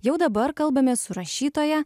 jau dabar kalbamės su rašytoja